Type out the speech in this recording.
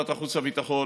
ועדת חוץ וביטחון,